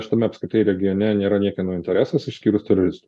šitame apskritai regione nėra niekieno interesas išskyrus teroristų